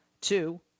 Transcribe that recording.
two